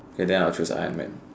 okay then I will choose Iron Man